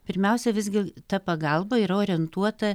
pirmiausia visgi ta pagalba yra orientuota